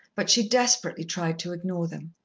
but she desperately tried to ignore them.